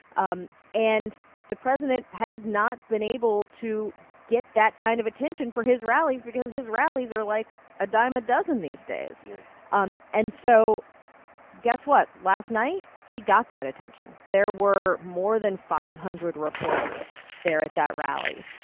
um and the president has not been able to get that kind of attention for his rallies because his rallies are, like, a dime a dozen these days yeah um and so guess what last night, he got that attention. there were more than five hundred reporters there at that rally,